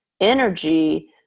energy